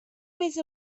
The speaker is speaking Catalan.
més